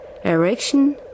Erection